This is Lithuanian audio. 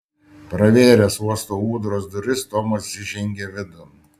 pravėręs uosto ūdros duris tomas įžengė vidun